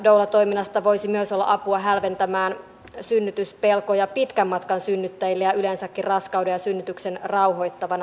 doulatoiminnasta voisi olla apua myös hälventämään synnytyspelkoja pitkän matkan synnyttäjille ja yleensäkin raskauden ja synnytyksen rauhoittavana osatekijänä